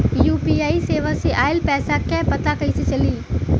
UPI सेवा से ऑयल पैसा क पता कइसे चली?